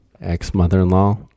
ex-mother-in-law